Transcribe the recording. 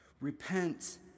Repent